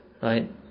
right